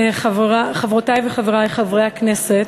חברותי וחברי חברי הכנסת,